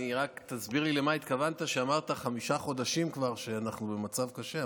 רק תסביר לי למה התכוונת כשאמרת שכבר חמישה חודשים אנחנו במצב קשה.